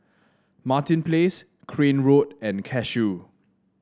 Martin Place Crane Road and Cashew